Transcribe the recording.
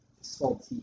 salty